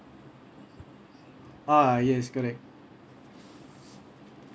uh yes correct